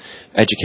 education